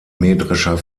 mähdrescher